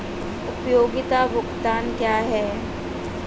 उपयोगिता भुगतान क्या हैं?